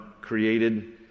created